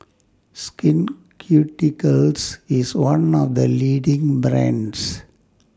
Skin Ceuticals IS one of The leading brands